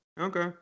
Okay